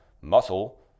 muscle